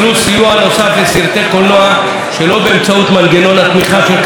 לסרטי קולנוע שלא באמצעות מנגנון התמיכה של קרנות הקולנוע.